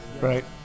Right